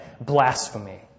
blasphemy